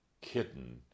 kitten